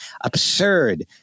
absurd